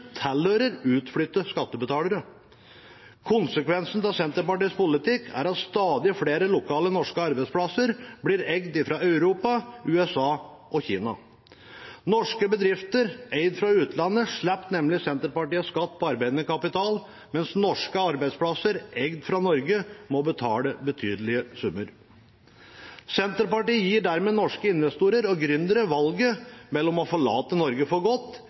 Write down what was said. tilhører utflyttede skattebetalere. Konsekvensen av Senterpartiets politikk er at stadig flere lokale norske arbeidsplasser blir eid fra Europa, USA og Kina. Norske bedrifter eid fra utlandet slipper nemlig Senterpartiets skatt på arbeidende kapital, mens norske arbeidsplasser som er eid fra Norge, må betale betydelige summer. Senterpartiet gir dermed norske investorer og gründere valget mellom å forlate Norge for godt